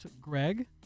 Greg